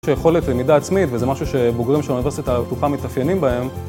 יש יכולת למידה עצמית וזה משהו שבוגרים של האוניברסיטה הפתוחה מתאפיינים בהם